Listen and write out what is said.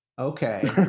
Okay